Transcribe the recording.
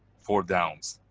four downs.